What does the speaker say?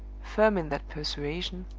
firm in that persuasion,